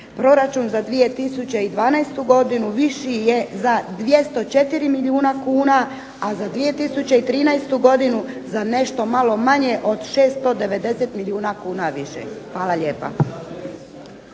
Proračun za 2012. godinu viši je za 204 milijuna kuna, a za 2013. godinu za nešto malo manje od 690 milijuna kuna više. Hvala lijepa.